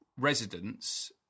residents